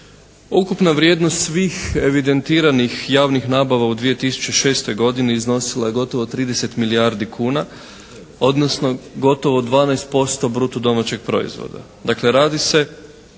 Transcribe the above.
Ukupna vrijednost svih evidentiranih javnih nabava u 2006. godini iznosila je gotovo 30 milijardi kuna odnosno gotovo 12% bruto domaćeg proizvoda.